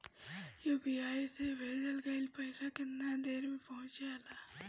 UPI से भेजल गईल पईसा कितना देर में पहुंच जाला?